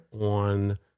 on